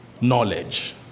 knowledge